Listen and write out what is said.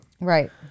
right